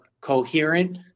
coherent